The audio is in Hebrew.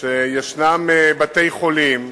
שישנם בתי-חולים,